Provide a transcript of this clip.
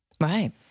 Right